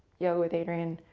yoga with adriene.